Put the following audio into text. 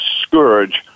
scourge